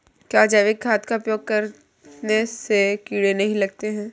क्या जैविक खाद का उपयोग करने से कीड़े नहीं लगते हैं?